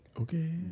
okay